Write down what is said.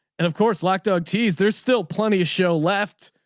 and of course like dog teeth there's still plenty of show left.